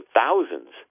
thousands